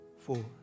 four